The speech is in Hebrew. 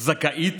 נכון שהדברים